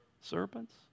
serpents